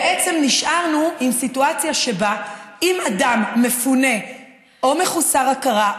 בעצם נשארנו עם סיטואציה שבה אם אדם מפונה או מחוסר הכרה,